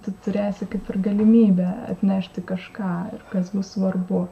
tu turėsi kaip ir galimybę atnešti kažką ir kas bus svarbu